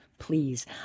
Please